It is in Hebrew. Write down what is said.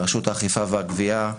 רשות האכיפה והגבייה.